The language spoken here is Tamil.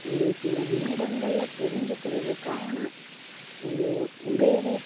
ஒரு சில நிமிடங்களில் தெரிஞ்சுக்கிறதுக்கான ஒரு உதவி